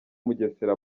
mugesera